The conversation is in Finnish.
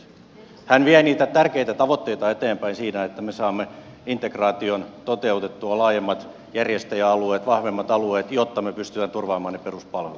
hän vie niitä tärkeitä tavoitteita eteenpäin että me saamme integraation toteutettua laajemmat järjestäjäalueet vahvemmat alueet jotta me pystymme turvaamaan ne peruspalvelut